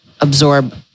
absorb